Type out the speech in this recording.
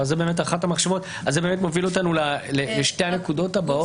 זה מוביל אותנו לשתי הנקודות הבאות.